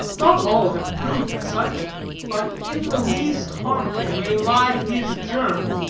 not all have proved such but in the least harmful may lie his germ.